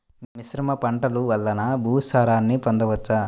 మిశ్రమ పంటలు వలన భూసారాన్ని పొందవచ్చా?